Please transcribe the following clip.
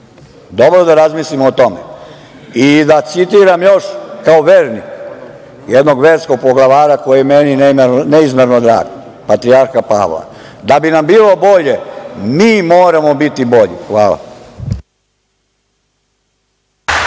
Dobro da razmislimo o tome. Još i da citiram, kao vernik, jednog verskog poglavara koji je meni neizmerno drag, patrijarha Pavla – da bi nam bilo bolje, mi moramo biti bolji. Hvala.